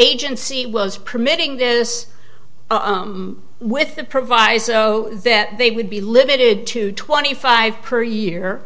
agency was permitting this with the proviso that they would be limited to twenty five per year